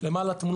וגם אלה שנמצאים